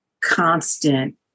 constant